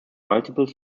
multiple